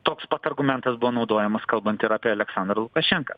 toks pat argumentas buvo naudojamas kalbant ir apie aleksandrą lukašenką